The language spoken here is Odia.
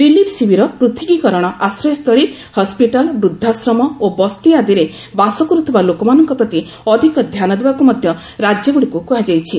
ରିଲିଫ୍ ଶିବିର ପୃଥକୀକରଣ ଆଶ୍ରୟ ସ୍ଥଳୀ ହସ୍କିଟାଲ୍ ବୃଦ୍ଧାଶ୍ରମ ଓ ବସ୍ତି ଆଦିରେ ବାସ କରୁଥିବା ଲୋକମାନଙ୍କ ପ୍ରତି ଅଧିକ ଧ୍ୟାନ ଦେବାକୁ ମଧ୍ୟ ରାଜ୍ୟଗୁଡ଼ିକୁ କୁହାଯାଇଛି